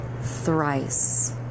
thrice